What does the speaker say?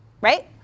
Right